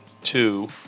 two